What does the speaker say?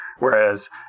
Whereas